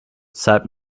zeit